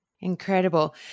Incredible